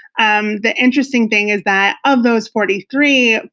um the interesting thing is that of those forty three,